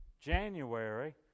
January